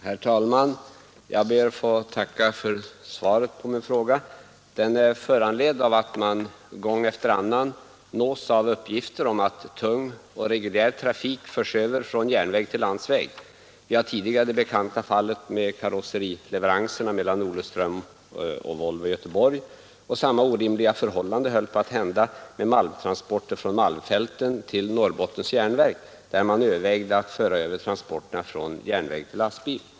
Herr talman! Jag ber att få tacka för svaret på min fråga. Den är föranledd av att man gång efter annan nås av uppgifter om att tung och reguljär trafik förs över från järnväg till landsväg. Vi har tidigare det bekanta fallet med karosserileveranserna mellan Olofström och Volvo i Göteborg, och samma orimliga förhållande höll på att uppstå beträffande malmtransporter från malmfälten till Norrbottens järnverk, där man övervägde att föra över transporterna från järnväg till lastbil.